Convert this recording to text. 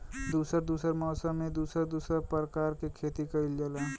दुसर दुसर मौसम में दुसर दुसर परकार के खेती कइल जाला